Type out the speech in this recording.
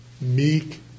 meek